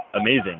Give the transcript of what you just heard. amazing